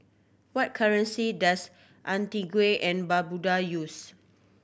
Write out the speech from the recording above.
what currency does Antigua and Barbuda use